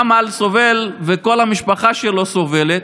אמל סובל וכל המשפחה שלו סובלת,